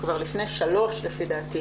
כבר לפני שלוש לפי דעתי